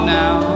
now